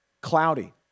cloudy